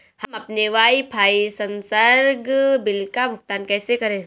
हम अपने वाईफाई संसर्ग बिल का भुगतान कैसे करें?